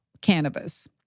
Cannabis